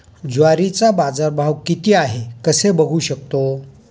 ज्वारीचा बाजारभाव किती आहे कसे बघू शकतो?